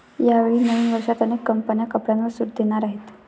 यावेळी नवीन वर्षात अनेक कंपन्या कपड्यांवर सूट देणार आहेत